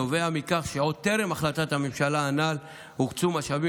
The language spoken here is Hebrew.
נובע מכך שעוד טרם החלטת הממשלה הנ"ל הוקצו משאבים